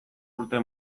urte